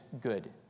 good